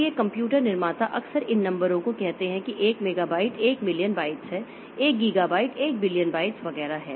तो ये कंप्यूटर निर्माता अक्सर इन नंबरों को कहते हैं कि 1 मेगाबाइट 1 मिलियन बाइट्स है 1 गीगाबाइट 1 बिलियन बाइट्स वगैरह है